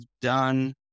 done